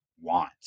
want